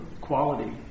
quality